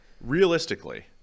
Realistically